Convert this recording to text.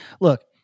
Look